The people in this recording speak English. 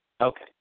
Okay